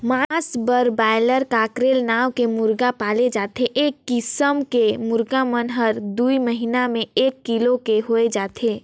मांस बर broiler, cockerel नांव के मुरगा पाले जाथे ए किसम के मुरगा मन हर दूई महिना में एक किलो के होय जाथे